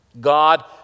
God